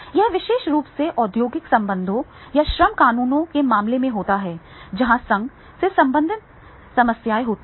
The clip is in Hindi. यह विशेष रूप से औद्योगिक संबंधों या श्रम कानूनों के मामले में होता है जहां संघ से संबंधित समस्याएं होती हैं